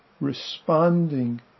responding